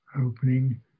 opening